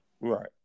Right